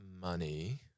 money